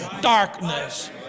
darkness